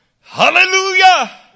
Hallelujah